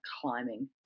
climbing